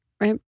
right